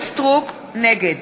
נגד